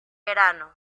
verano